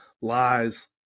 Lies